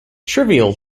trivial